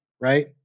right